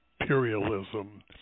imperialism